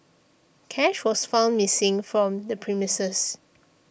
cash was found missing from the premises